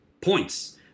points